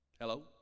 Hello